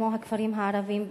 כמו הכפרים הערביים,